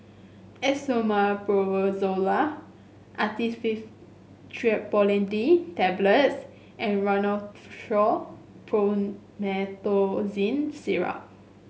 Esomeprazole Actifed Triprolidine Tablets and Rhinathiol Promethazine Syrup